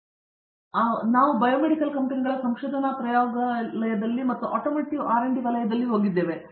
ಶ್ರೀಕಾಂತ್ ವೇದಾಂತಮ್ ಆದ್ದರಿಂದ ನಾವು ಬಯೋಮೆಡಿಕಲ್ ಕಂಪೆನಿಗಳ ಸಂಶೋಧನಾ ಪ್ರಯೋಗಾಲಯಗಳಲ್ಲಿ ಮತ್ತು ಆಟೋಮೋಟಿವ್ ಆರ್ ಮತ್ತು ಡಿ ವಲಯದಲ್ಲಿ ಹೋಗಿದ್ದೇವೆ